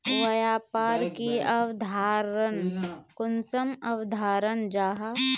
व्यापार की अवधारण कुंसम अवधारण जाहा?